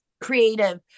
creative